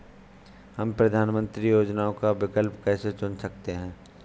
हम प्रधानमंत्री योजनाओं का विकल्प कैसे चुन सकते हैं?